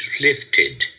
lifted